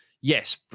yes